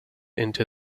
into